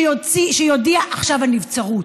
שיודיע עכשיו על נבצרות.